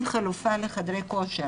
שאין חלופה לחדרי כושר.